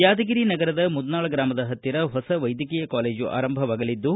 ಯಾದಗಿರಿ ನಗರದ ಮುದ್ನಾಳ ಗ್ರಾಮದ ಪತ್ತಿರ ಹೊಸ ವೈದ್ಯಕೀಯ ಕಾಲೇಜು ಆರಂಭವಾಗಲಿದ್ದು